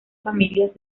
familias